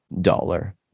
dollar